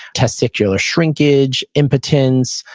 testicular shrinkage, impotence.